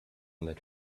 let